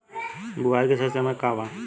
बुआई के सही समय का वा?